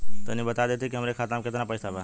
तनि बता देती की हमरे खाता में कितना पैसा बा?